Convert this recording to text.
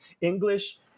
English